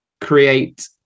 create